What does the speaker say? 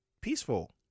peaceful